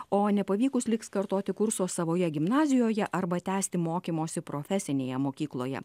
o nepavykus liks kartoti kurso savoje gimnazijoje arba tęsti mokymosi profesinėje mokykloje